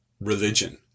religion